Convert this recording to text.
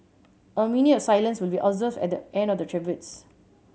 a minute of silence will be observed at the end of the tributes